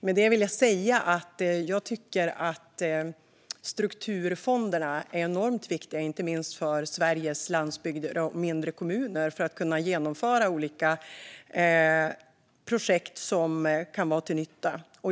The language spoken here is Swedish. Med detta vill jag säga att jag tycker att strukturfonderna är enormt viktiga, inte minst för Sveriges landsbygd och mindre kommuner, för att olika projekt som kan vara till nytta ska kunna genomföras.